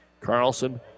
Carlson